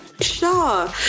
Sure